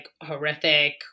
horrific